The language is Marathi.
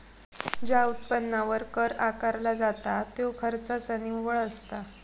ज्या उत्पन्नावर कर आकारला जाता त्यो खर्चाचा निव्वळ असता